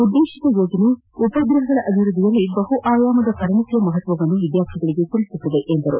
ಉದ್ದೇಶಿತ ಯೋಜನೆ ಉಪಗ್ರಹಗಳ ಅಭಿವೃದ್ದಿಯಲ್ಲಿ ಬಹು ಆಯಾಮದ ಪರಿಣತಿಯ ಮಹತ್ವವನ್ನು ವಿದ್ಯಾರ್ಥಿಗಳಿಗೆ ತಿಳಿಸುತ್ತದೆ ಎಂದರು